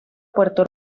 puerto